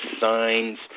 signs